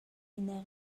ina